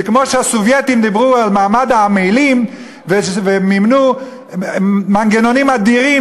זה כמו שהסובייטים דיברו על מעמד העמלים ומימנו מנגנונים אדירים